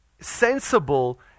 Sensible